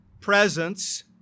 Presence